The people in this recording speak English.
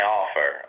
offer